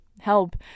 help